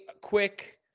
quick